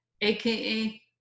AKA